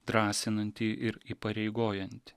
drąsinantį ir įpareigojantį